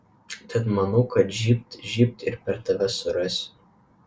tad maniau kad žybt žybt ir per tave surasiu